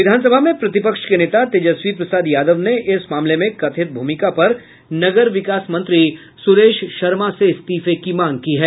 विधानसभा में प्रतिपक्ष के नेता तेजस्वी प्रसाद यादव ने इस मामले में कथित भूमिका पर नगर विकास मंत्री सुरेश शर्मा से इस्तीफे की मांग की है